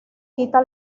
quita